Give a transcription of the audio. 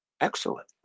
Excellent